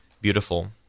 beautiful